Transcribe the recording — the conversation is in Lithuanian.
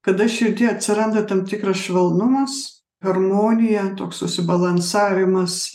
kada širdy atsiranda tam tikras švelnumas harmonija toks susibalansavimas